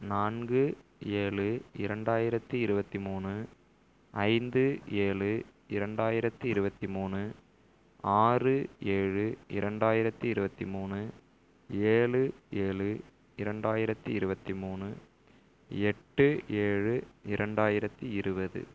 நான்கு ஏழு இரண்டாயிரத்தி இருபத்தி மூணு ஐந்து ஏழு இரண்டாயிரத்தி இருபத்தி மூணு ஆறு ஏழு இரண்டாயிரத்தி இருபத்தி மூணு ஏழு ஏழு இரண்டாயிரத்தி இருபத்தி மூணு எட்டு ஏழு இரண்டாயிரத்தி இருபது